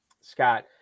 Scott